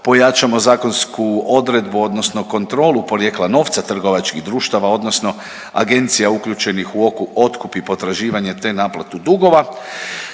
pojačamo zakonsku odredbu odnosno kontrolu porijekla novca trgovačkih društava odnosno agencija uključenih u otkup i potraživanje te naplatu dugova.